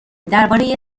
درباره